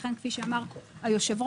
לכן כלפי שאמר היושב-ראש,